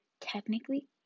Technically